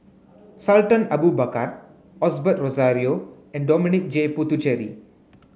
Sultan Abu Bakar Osbert Rozario and Dominic J Puthucheary